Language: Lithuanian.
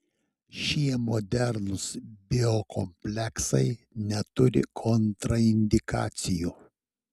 šie modernūs biokompleksai neturi kontraindikacijų